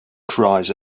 cries